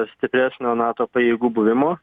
stipresnio nato pajėgų buvimo